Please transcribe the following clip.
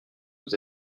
vous